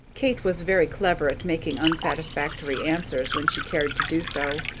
kate was very clever at making unsatisfactory answers when she cared to do so.